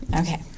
Okay